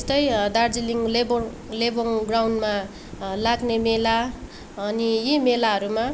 यस्तै दार्जिलिङ लेबोङ लेबोङ ग्राउन्डमा लाग्ने मेला अनि यी मेलाहरूमा